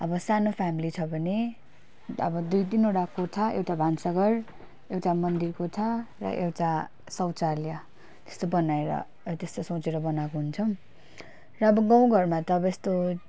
अब सानो फ्यामिली छ भने अब दुई तिनवटा कोठा एउटा भान्साघर एउटा मन्दिर कोठा र एउटा शौचालय त्यस्तो बनाएर त्यस्तो सोचेर बनाएको हुन्छौँ र अब गाउँघरमा त अब यस्तो